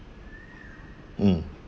um